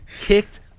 kicked